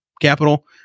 capital